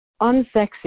unsexy